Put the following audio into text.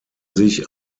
sich